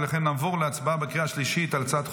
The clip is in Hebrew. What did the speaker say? לכן נעבור להצבעה בקריאה השלישית על הצעת חוק